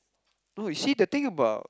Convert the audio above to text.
no you see the thing about